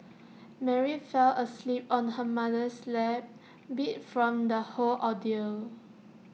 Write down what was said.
Mary fell asleep on her mother's lap beat from the whole ordeal